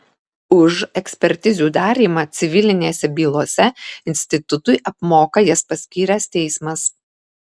už ekspertizių darymą civilinėse bylose institutui apmoka jas paskyręs teismas